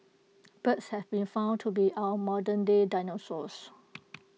birds have been found to be our modernday dinosaurs